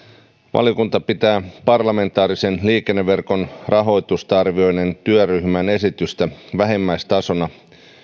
valiokunta pitää parlamentaarisen liikenneverkon rahoitusta arvioineen työryhmän esitystä vähimmäistasona